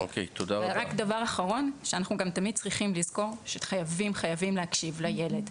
אנחנו גם תמיד צריכים לזכור שחייבים להקשיב לילד.